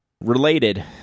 Related